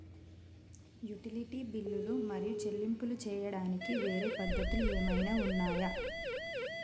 Utility బిల్లులు మరియు చెల్లింపులు చేయడానికి వేరే పద్ధతులు ఏమైనా ఉన్నాయా?